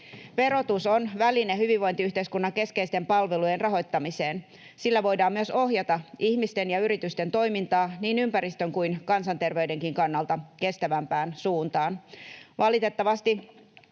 Verotus on väline hyvinvointiyhteiskunnan keskeisten palvelujen rahoittamiseen. Sillä voidaan myös ohjata ihmisten ja yritysten toimintaa niin ympäristön kuin kansanterveydenkin kannalta kestävämpään suuntaan. Valitettavasti